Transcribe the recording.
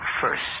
first